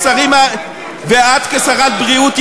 ואת כשרת בריאות,